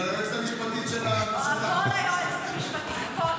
בגלל היועצת המשפטית של --- הכול היועצת המשפטית.